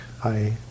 Hi